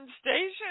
station